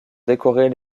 décorer